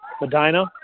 Medina